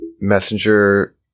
messenger